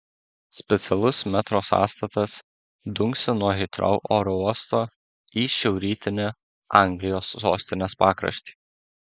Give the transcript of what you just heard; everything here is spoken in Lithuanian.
specialus metro sąstatas dunksi nuo hitrou oro uosto į šiaurrytinį anglijos sostinės pakraštį